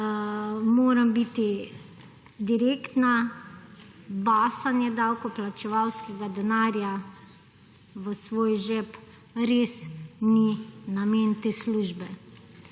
moram biti direktna basanje davkoplačevalskega denarja v svoj žep res ni namen te službe.